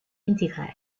indirecte